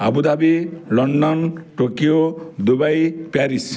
Tokyo Dubai Paris